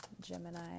Gemini